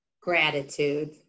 Gratitude